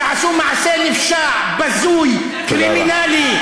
שעשו מעשה נפשע, בזוי, קרימינלי.